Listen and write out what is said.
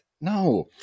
no